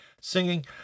singing